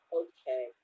okay